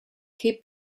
che